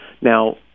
Now